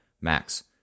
max